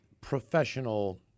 professional